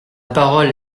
parole